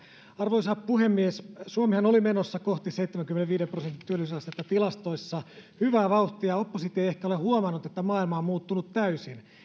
arvoisa puhemies suomihan oli menossa kohti seitsemänkymmenenviiden prosentin työllisyysastetta tilastoissa hyvää vauhtia oppositio ei ehkä ole huomannut että maailma on muuttunut täysin